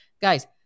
guys